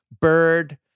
Bird